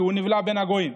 כי הוא נבלע בין הגויים.